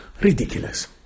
ridiculous